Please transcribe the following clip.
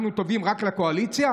אנחנו טובים רק לקואליציה?